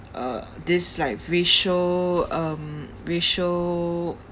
uh this like racial um racial